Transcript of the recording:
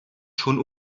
schon